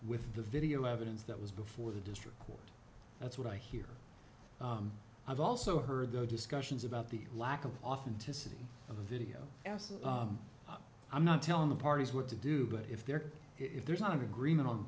with the video evidence that was before the district that's what i hear i've also heard the discussions about the lack of authenticity of the video i'm not telling the parties what to do but if there if there's one agreement on